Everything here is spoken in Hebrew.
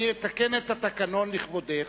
אני אתקן את התקנון לכבודך,